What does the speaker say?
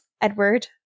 Edward –